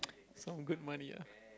some good money ah